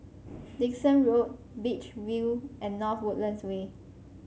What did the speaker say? Dickson Road Beach View and North Woodlands Way